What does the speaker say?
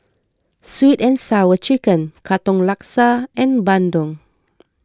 Sweet and Sour Chicken Katong Laksa and Bandung